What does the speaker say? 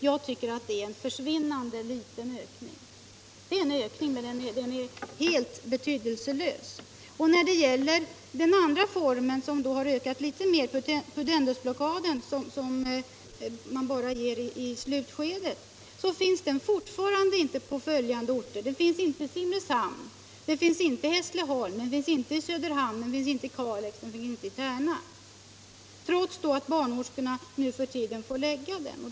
Jag tycker att det är en försvinnande liten ökning. Det är en ökning, men den är helt betydelselös. Den andra formen av smärtlindring, pudendusblockaden som man bara ger i slutskedet, har ökat litet mer, men den finns fortfarande inte på följande orter: Simrishamn, Hässleholm, Söderhamn, Kalix och Tärna, detta trots att barnmorskorna nu för tiden får ge den behandlingen.